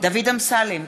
דוד אמסלם,